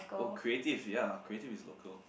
oh creative ya creative is local